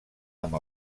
amb